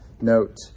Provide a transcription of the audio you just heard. Note